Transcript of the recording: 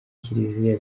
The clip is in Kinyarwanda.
kiliziya